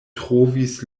trovis